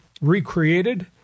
recreated